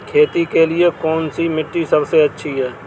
खेती के लिए कौन सी मिट्टी सबसे अच्छी है?